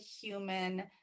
human